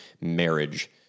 marriage